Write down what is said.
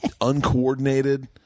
uncoordinated